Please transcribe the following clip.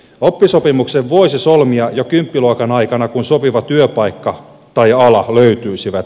oppisopimuksen voisi solmia jo kymppiluokan aikana kun sopiva työpaikka tai ala löytyisi